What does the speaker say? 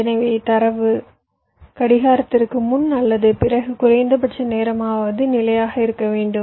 எனவே தரவு கடிகாரத்திற்கு முன் அல்லது பிறகு குறைந்தபட்ச நேரமாவது நிலையாக இருக்க வேண்டும்